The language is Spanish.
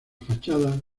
fachadas